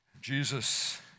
Jesus